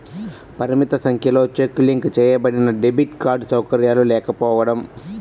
పరిమిత సంఖ్యలో check link చేయబడినడెబిట్ కార్డ్ సౌకర్యాలు లేకపోవడం